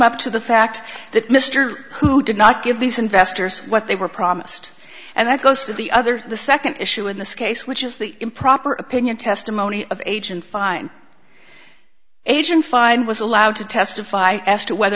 up to the fact that mr who did not give these investors what they were promised and that goes to the other the second issue in this case which is the improper opinion testimony of agent fine agent fine was allowed to testify as to whether